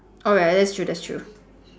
alright that's true that's true